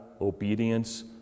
obedience